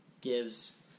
gives